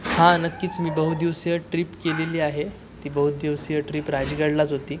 हां नक्कीच मी बहुदिवसीय ट्रिप केलेली आहे ती बहुत दिवसीय ट्रिप राजगडलाच होती